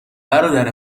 برادر